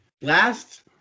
Last